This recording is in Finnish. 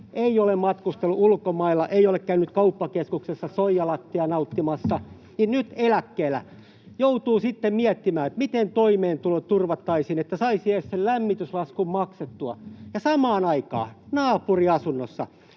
ei ole matkustellut ulkomailla, ei ole käynyt kauppakeskuksissa soijalattea nauttimassa ja nyt eläkkeellä joutuu sitten miettimään, miten toimeentulo turvattaisiin, että saisi edes sen lämmityslaskun maksettua. Ja samaan aikaan naapuriasunnossa